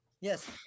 Yes